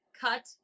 cut